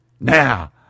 now